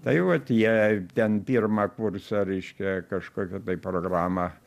tai vat jie ten pirmą kursą reiškia kažkokią tai programą